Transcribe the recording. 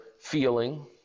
feeling